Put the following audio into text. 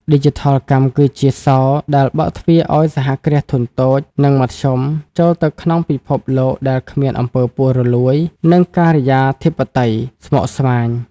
ឌីជីថលកម្មគឺជា "សោរ" ដែលបើកទ្វារឱ្យ សហគ្រាសធុនតូច និងមធ្យម ចូលទៅក្នុងពិភពលោកដែលគ្មាន អំពើពុករលួយ និងការិយាធិបតេយ្យស្មុគស្មាញ។